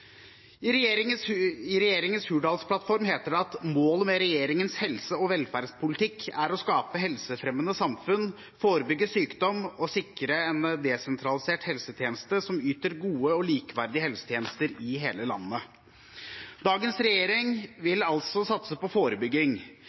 I regjeringens hurdalsplattform heter det: «Målet med regjeringens helse- og velferdspolitikk er å skape helsefremmende samfunn, forebygge sykdom og sikre en desentralisert helsetjeneste som yter gode og likeverdige helsetjenester i hele landet.» Dagens regjering vil altså satse på forebygging.